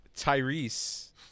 Tyrese